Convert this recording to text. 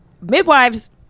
midwives-